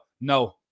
No